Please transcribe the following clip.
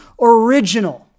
original